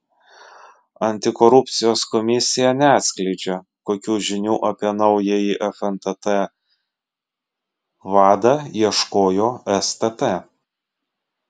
antikorupcijos komisija neatskleidžia kokių žinių apie naująjį fntt vadą ieškojo stt